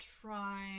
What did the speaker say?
try